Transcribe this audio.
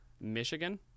Michigan